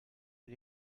mit